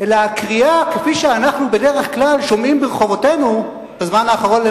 אלא הקריאה כפי שאנחנו בדרך כלל שומעים ברחובותינו בזמן האחרון,